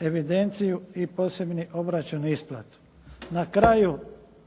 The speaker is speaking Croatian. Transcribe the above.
evidenciju i posebni obračun isplatu. Na kraju,